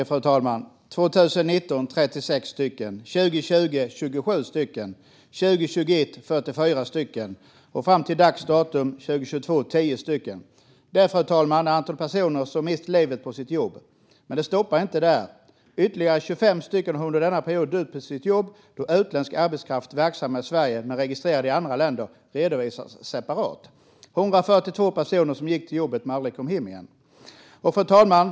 Fru talman! År 2019 var det 36 stycken. År 2020 var det 27 stycken. År 2021 var det 44 stycken, och fram till dagens datum är det 10 stycken år 2022. Siffrorna är antalet personer som har mist livet på sitt jobb, fru talman. Men det stannar inte där, utan ytterligare 25 stycken har dött på sitt jobb under denna period. Det är bara det att utländsk arbetskraft som är verksam i Sverige men registrerad i andra länder redovisas separat. Detta handlar alltså om 142 personer som gick till jobbet men aldrig kom hem igen. Fru talman!